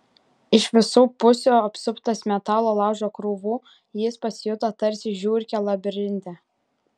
iš visų pusių apsuptas metalo laužo krūvų jis pasijuto tarsi žiurkė labirinte